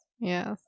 yes